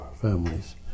families